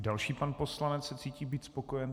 Další pan poslanec se cítí být spokojen.